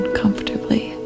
comfortably